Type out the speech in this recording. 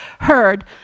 heard